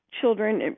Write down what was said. children